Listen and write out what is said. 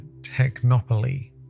technopoly